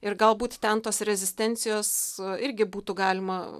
ir galbūt ten tos rezistencijos irgi būtų galima